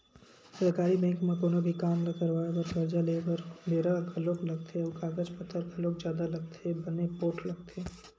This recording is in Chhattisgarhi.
सरकारी बेंक म कोनो भी काम ल करवाय बर, करजा लेय बर बेरा घलोक लगथे अउ कागज पतर घलोक जादा लगथे बने पोठ लगथे